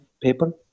paper